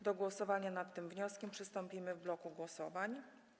Do głosowania nad tym wnioskiem przystąpimy w bloku głosowań.